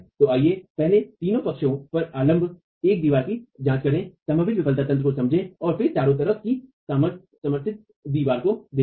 तो आइए पहले 3 पक्षों पर आलम्ब एक दीवार की जांच करें संभावित विफलता तंत्र को समझें और फिर 4 तरफ से समर्थित दीवार को देखें